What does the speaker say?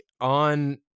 on